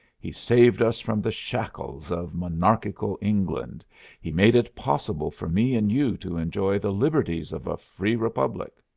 he saved us from the shackles of monarchical england he made it possible for me and you to enjoy the liberties of a free republic.